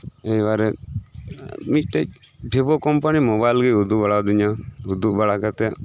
ᱮᱨ ᱯᱚᱨᱮ ᱢᱤᱫ ᱴᱮᱱ ᱵᱷᱤᱵᱳ ᱠᱳᱢᱯᱟᱱᱤ ᱢᱳᱵᱟᱭᱤᱞᱜᱮ ᱩᱫᱩᱜ ᱵᱟᱲᱟ ᱟᱹᱫᱤᱧᱟ ᱩᱫᱩᱜ ᱵᱟᱲᱟ ᱠᱟᱛᱮᱫ